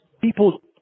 people